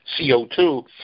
CO2